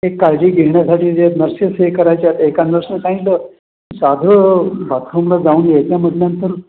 काळजी घेण्यासाठी नर्सेस हे करायच्यात एका नर्सने सांगितलं साधं बाथरूमला जाऊन यायचं म्हटल्यानंतर